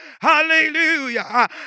hallelujah